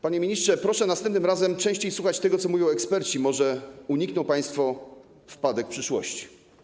Panie ministrze, proszę następnym razem częściej słuchać tego, co mówią eksperci, może unikną państwo wpadek w przyszłości.